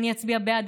אני אצביע בעד,